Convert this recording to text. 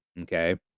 Okay